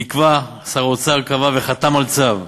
נקבע, שר האוצר קבע וחתם על צו,